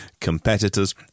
competitors